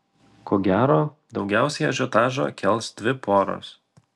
ko gero daugiausiai ažiotažo kels dvi poros